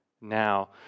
now